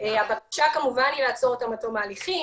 הבקשה כמובן היא לעצור אותם עד תום ההליכים.